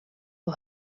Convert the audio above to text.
for